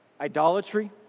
idolatry